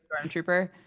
Stormtrooper